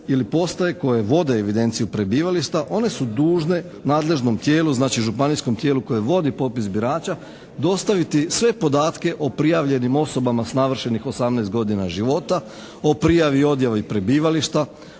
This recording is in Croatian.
ili postaje koje vode evidenciju prebivališta one su dužne nadležnom tijelu, znači županijskom tijelu koji vodi popis birača dostaviti sve podatke o prijavljenim osobama s navršenih 18 godina života, o prijavi i odjavi prebivališta,